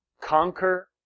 conquer